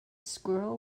squirrel